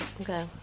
Okay